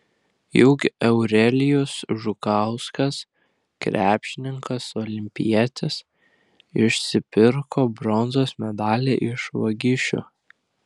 juk eurelijus žukauskas krepšininkas olimpietis išsipirko bronzos medalį iš vagišių